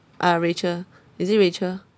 uh rachel is it rachel